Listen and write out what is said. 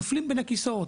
נופלים בין הכיסאות,